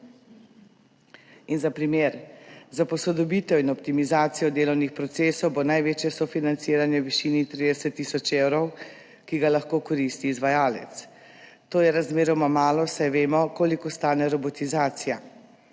In za primer, za posodobitev in optimizacijo delovnih procesov bo največje sofinanciranje v višini 30 tisoč evrov, ki ga lahko koristi izvajalec. To je razmeroma malo, saj vemo, koliko stane robotizacija,